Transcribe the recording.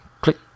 Click